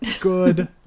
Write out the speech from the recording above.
Good